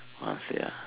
honestly ah